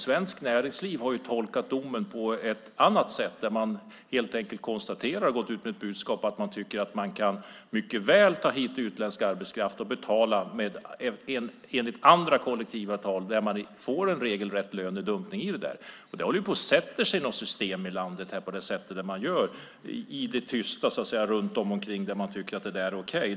Svenskt Näringsliv har tolkat domen på ett annat sätt. Man har gått ut med ett budskap där man helt enkelt konstaterar att man tycker att man mycket väl kan ta hit utländsk arbetskraft och betala enligt andra kollektivavtal och då få en regelrätt lönedumpning. Det håller i det tysta på att sätta sig ett system i landet där man tycker att detta är okej.